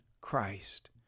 Christ